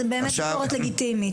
זו באמת ביקורת לגיטימית.